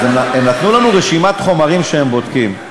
נתנו לנו רשימת חומרים שהם בודקים.